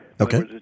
Okay